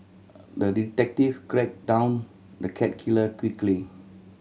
the detective tracked down the cat killer quickly